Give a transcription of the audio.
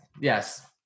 yes